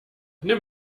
nimm